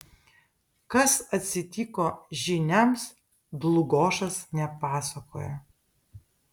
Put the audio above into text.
kas atsitiko žyniams dlugošas nepasakoja